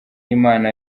imana